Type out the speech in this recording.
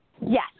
Yes